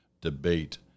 debate